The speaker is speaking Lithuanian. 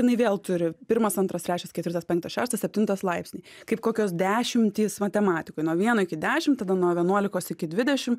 jinai vėl turi pirmas antras trečias ketvirtas penktas šeštas septintas laipsnį kaip kokios dešimtys matematikoj nuo vieno iki dešimt tada nuo vienuolikos iki dvidešim